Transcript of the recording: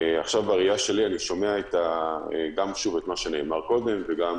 אני שומע את מה שנאמר קודם וגם